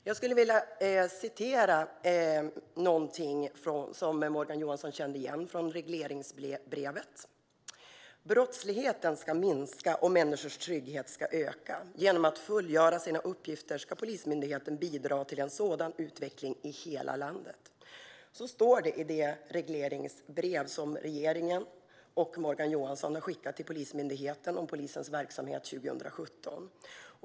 Jag vill citera något som Morgan Johansson känner igen från regleringsbrevet: "Brottsligheten ska minska och människors trygghet ska öka. Genom att fullgöra sina uppgifter ska Polismyndigheten bidra till en sådan utveckling i hela landet." Så står det i det regleringsbrev som regeringen och Morgan Johansson har skickat till Polismyndigheten om polisens verksamhet 2017.